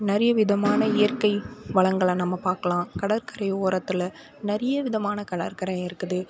நிறைய விதமான இயற்கை வளங்களை நம்ம பார்க்கலாம் கடற்கரை ஓரத்தில் நிறைய விதமான கடற்கரை இருக்குது